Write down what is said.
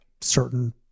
certain